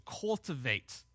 cultivate